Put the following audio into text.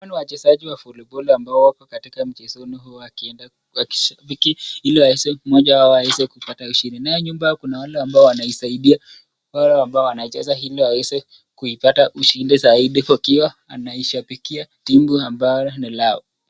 Hawa ni wachezaji wa (cs)volibali(cs) ambao wako katika michezoni huu wakishabiki ili mmoja wao aweze kupata ushindi. Naye nyuma yao kuna wale ambao wanaisaidia wale ambao wanacheza ili waweze kupata ushindi zaidi wakiwa wanaishabikia timu ambalo ni lao.